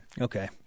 Okay